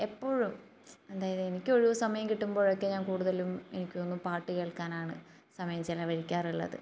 എപ്പോഴും അതായത് എനിക്ക് ഒഴിവുസമയം കിട്ടുമ്പോഴൊക്കെ ഞാൻ കൂടുതലും എനിക്ക് തോന്നുന്നു പാട്ട് കേൾക്കാനാണ് സമയം ചിലവഴിക്കാറുള്ളത്